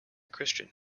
christian